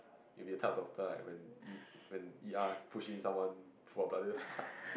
you will be the type of doctor when E when E_R push in someone full of blood